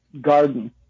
garden